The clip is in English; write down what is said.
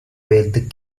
with